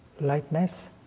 lightness